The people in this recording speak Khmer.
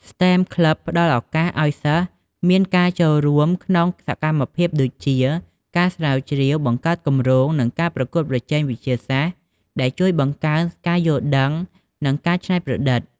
STEM Club ផ្តល់ឱកាសឲ្យសិស្សមានការចូលរួមក្នុងសកម្មភាពដូចជា ការស្រាវជ្រាវ បង្កើតគម្រោង និងការប្រកួតប្រជែងវិទ្យាសាស្ត្រ ដែលជួយបង្កើនការយល់ដឹង និងការច្នៃប្រឌិត។